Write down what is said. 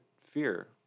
fear